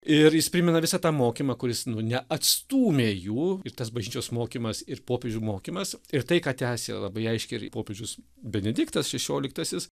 ir jis primena visą tą mokymą kuris nu neatstūmė jų ir tas bažnyčios mokymas ir popiežių mokymas ir tai ką tęsė labai aiškiai ir popiežius benediktas šešioliktasis